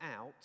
out